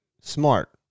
smart